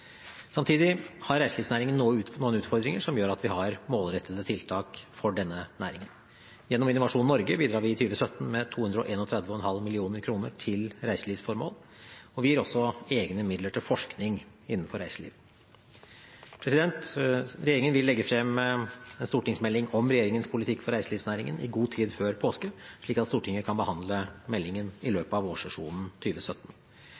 Samtidig har reiselivsnæringen noen utfordringer som gjør at vi har målrettede tiltak for denne næringen. Gjennom Innovasjon Norge bidrar vi i 2017 med 231,5 mill. kr til reiselivsformål. Vi gir også egne midler til forskning innenfor reiseliv. Regjeringen vil legge frem en stortingsmelding om regjeringens politikk for reiselivsnæringen i god tid før påske, slik at Stortinget kan behandle meldingen i